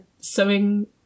sewing